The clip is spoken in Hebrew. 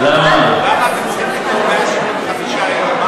למה אתם צריכים פתאום 175 יום?